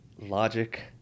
logic